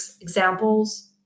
examples